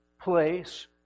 place